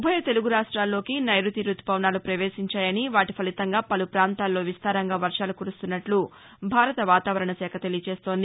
ఉభయ తెలుగు రాష్ట్రంల్లోకి నైరుతి రుతుపవనాలు ప్రవేశించాయని వాటీ ఫలితంగా పలు పాంతాల్లో విస్తారంగా పర్వాలు కురుస్తున్నట్లు భారత వాతావరణ శాఖ తెలియచేస్తోంది